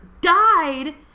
died